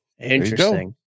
interesting